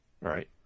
right